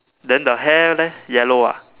then the hair leh yellow ah